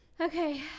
Okay